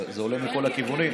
זה עולה מכל הכיוונים,